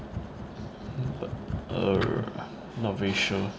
err not very sure